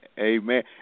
Amen